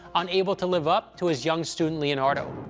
unable to live up to his young student leonardo.